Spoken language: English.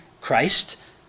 Christ